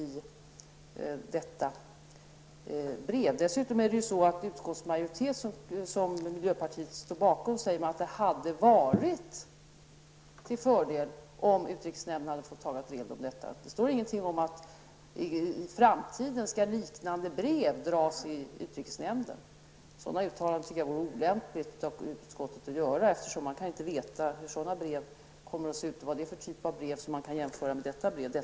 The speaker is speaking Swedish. Dessutom skriver utskottsmajoriteten, som miljöpartiet står bakom, att det hade varit till fördel om utrikesnämnden hade fått ta del av det hela. Det står ingenting om att liknande brev skall tas upp i utrikesnämnden i framtiden. Sådana utskottsuttalanden vore enligt min mening olämpliga, eftersom man inte kan veta hur breven kommer att se ut. Man vet inte vilka brev som kan jämföras med det ifrågavarande brevet.